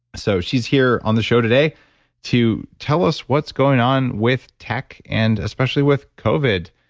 so she's here on the show today to tell us what's going on with tech and especially with covid.